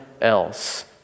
else